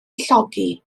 llogi